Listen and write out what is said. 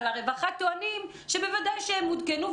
אבל הרווחה טוענים שבוודאי שהם עודכנו,